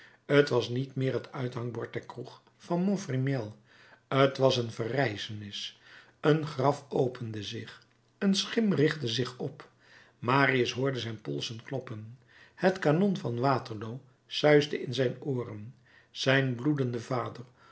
t was niet meer het uithangbord der kroeg van montfermeil t was een verrijzenis een graf opende zich een schim richtte zich op marius hoorde zijn polsen kloppen het kanon van waterloo suisde in zijn ooren zijn bloedende vader